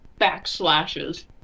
backslashes